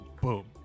Boom